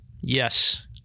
Yes